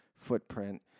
footprint